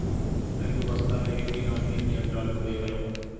ఐదు బస్తాల యూరియా ను ఎన్ని ఎకరాలకు వేయగలము?